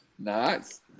Nice